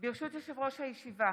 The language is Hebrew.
ברשות יושב-ראש הישיבה,